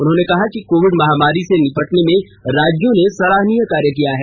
उन्होंने कहा कि कोविड महामारी से निपटने में राज्यों ने सराहनीय कार्य किया है